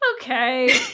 Okay